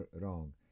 wrong